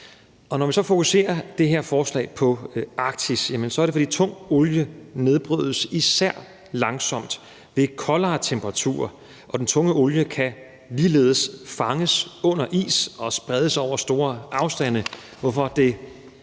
Når vi så i det her forslag fokuserer på Arktis, er det, fordi tung olie især nedbrydes langsomt ved koldere temperaturer, og den tunge olie kan ligeledes fanges under is og sprede sig over store afstande,